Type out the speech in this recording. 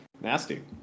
nasty